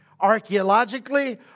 archaeologically